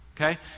Okay